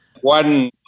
One